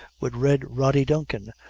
wid red rody duncan,